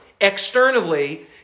externally